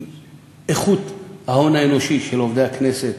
איכות ההון האנושי של עובדי הכנסת,